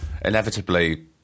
inevitably